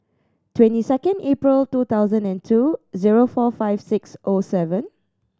twenty second April two thousand and two zero four five six O seven